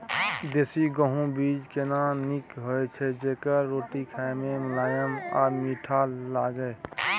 देसी गेहूँ बीज केना नीक होय छै जेकर रोटी खाय मे मुलायम आ मीठ लागय?